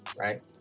right